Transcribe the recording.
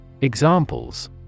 Examples